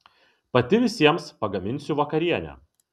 pati visiems pagaminsiu vakarienę